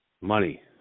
Money